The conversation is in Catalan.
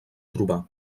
trobar